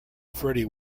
freddie